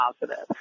positive